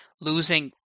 losing